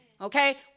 Okay